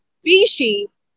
species